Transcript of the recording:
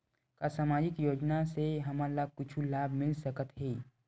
का सामाजिक योजना से हमन ला कुछु लाभ मिल सकत हे?